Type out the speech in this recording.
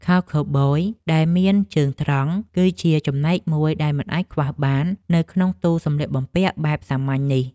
ខោខូវប៊យដែលមានជើងត្រង់ គឺជាចំណែកមួយដែលមិនអាចខ្វះបាននៅក្នុងទូសម្លៀកបំពាក់បែបសាមញ្ញនេះ។